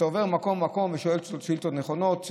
אתה עובר מקום-מקום ושואל שאילתות נכונות,